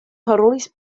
parolis